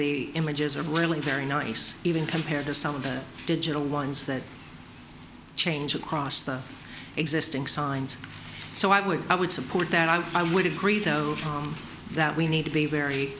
the images are really very nice even compared to some of the digital ones that change across the existing signs so i would i would support that i i would agree though that we need to be very